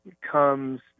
comes